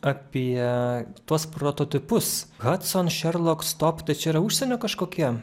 apie tuos prototipus hadson šerlok stop tai čia yra užsienio kažkokie